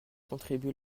contribue